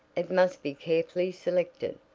it must be carefully selected,